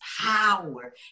power